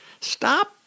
Stop